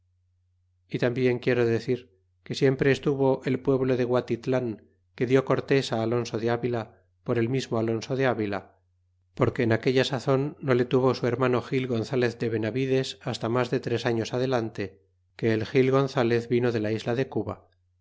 y tambien quiero decir que siempre estuvr el pueblo de gualitlan que di cortés alor so de ávila por el mismo alonso de avila parque en aquella sazon no le tuvo su hermano gil gonzalez de venavides hasta mas de tres años adelante que el gil gonzalez vino de la isla de cuba